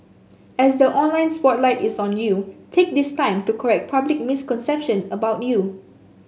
as the online spotlight is on you take this time to correct public misconception about you